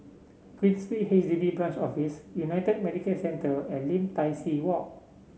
Queensway H D B Branch Office United Medicare Centre and Lim Tai See Walk